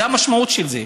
זאת המשמעות של זה.